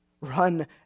Run